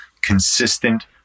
consistent